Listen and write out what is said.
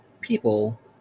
people